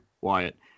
Wyatt